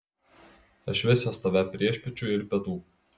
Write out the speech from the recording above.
aš vesiuos tave priešpiečių ir pietų